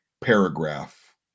paragraph